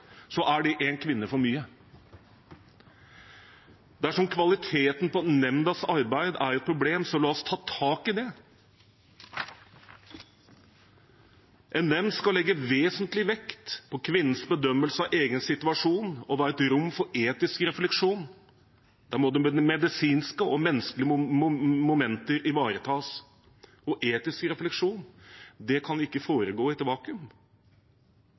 så er det én kvinne for mye. Dersom kvaliteten på nemndas arbeid er et problem, så la oss ta tak i det. En nemnd skal legge vesentlig vekt på kvinnens bedømmelse av egen situasjon og være et rom for etisk refleksjon, der både medisinske og menneskelige momenter ivaretas, og etisk refleksjon kan ikke foregå i et vakuum.